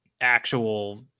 actual